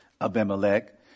Abimelech